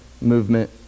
movement